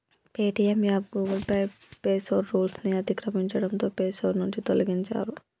Paytm app Google play store rules ని అతిక్రమించడంతో play store నుంచి తొలగించారు